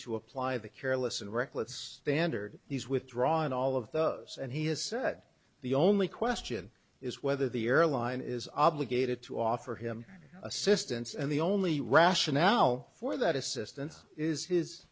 to apply the careless and reckless standard he's withdrawing all of those and he has said the only question is whether the airline is obligated to offer him assistance and the only rationale for that assistance is his